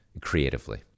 creatively